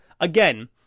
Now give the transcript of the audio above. again